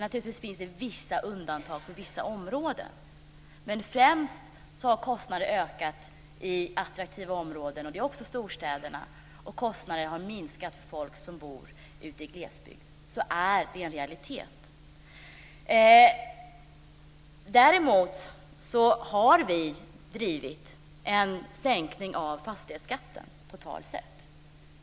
Naturligtvis finns det vissa undantag i vissa områden, men främst har kostnaden ökat i attraktiva områden, främst i storstäderna, och minskat för folk som bor ute i glesbygd. Så är det - det är en realitet. Däremot har vi drivit en sänkning av fastighetsskatten totalt sett.